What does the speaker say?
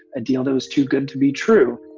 a deal that was too good to be true